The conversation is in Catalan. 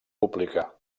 pública